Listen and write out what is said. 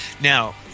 Now